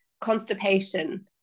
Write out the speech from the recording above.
constipation